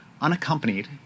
unaccompanied